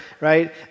right